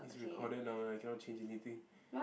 it's recorded now and I cannot change anything